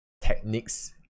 techniques